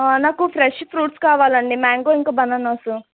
నాకు fresh fruits కావాలండి mango ఇంకా బనానాస్